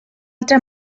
altra